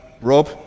Rob